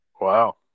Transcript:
Wow